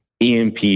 EMP